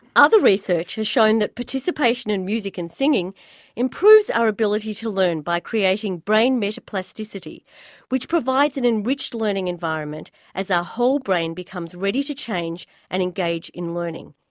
other research has shown that participation in music and singing improves our ability to learn by creating brain meta-plasticity which provides an enriched learning environment as our whole brain becomes ready to change and engage in learning.